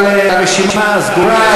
אבל הרשימה סגורה.